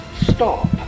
stop